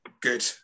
Good